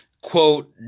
quote